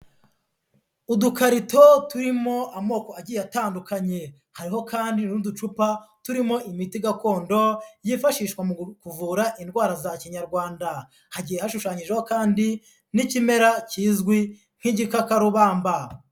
Udukarito turimo amoko agiye atandukanye hari kandi n'uducupa turimo imiti gakondo yifashishwa mu kuvura indwara za kinyarwanda hagiye hashushanyijeho kandi n'ikimera kizwi nk'igikakarubamba.